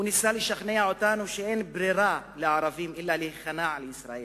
הוא ניסה לשכנע אותנו שאין ברירה לערבים אלא להיכנע לישראל,